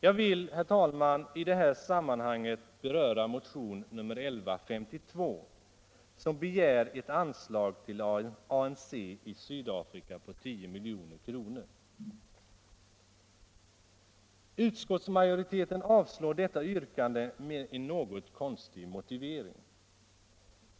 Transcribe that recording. Jag vill, herr talman, i det här sammanhanget beröra motionen 1152 som begär ett anslag till ANC i Sydafrika på 10 milj.kr. Utskottsmajoriteten avslår detta yrkande med en något konstig motivering.